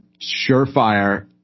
surefire